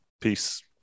Peace